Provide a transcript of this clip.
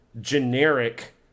generic